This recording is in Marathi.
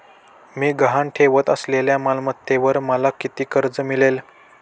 मी गहाण ठेवत असलेल्या मालमत्तेवर मला किती कर्ज मिळेल?